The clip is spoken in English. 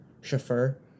chauffeur